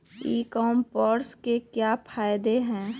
ई commerce के क्या फायदे हैं?